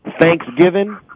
Thanksgiving